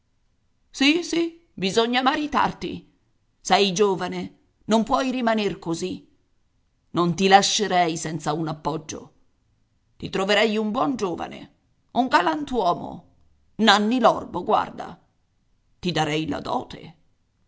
sì bisogna maritarti sei giovane non puoi rimaner così non ti lascerei senza un appoggio ti troverei un buon giovane un galantuomo nanni l'orbo guarda ti darei la dote